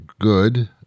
good